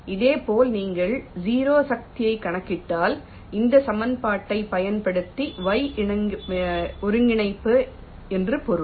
இதேபோல் நீங்கள் 0 சக்தியைக் கணக்கிட்டால் இந்த சமன்பாட்டைப் பயன்படுத்தி y ஒருங்கிணைப்பு என்று பொருள்